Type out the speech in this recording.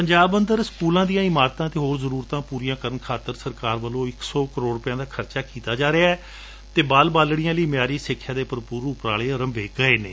ਪੰਜਾਬ ਅੰਦਰ ਸਕੁਲਾ ਦੀਆਂ ਇਮਾਰਤਾਂ ਅਤੇ ਹੋਰ ਜ਼ਰੂਰਤਾਂ ਪੂਰੀਆਂ ਕਰਨ ਖਾਤਰ ਸਰਕਾਰ ਵੱਲੋ ਇਕ ਸੌ ਕਰੋੜ ਰੁਧੈਆ ਦਾ ਖਰਚਾ ਕੀਤਾ ਜਾ ਰਿਹੈ ਅਤੇ ਬਾਲ ਬਾਲਤੀਆ ਲਈ ਮਿਆਰੀ ਸਿਖਿਆ ਦੇ ਭਰਪੁਰ ਉਪਰਾਲੇ ਅਰੰਭੇ ਗਏ ਨੇ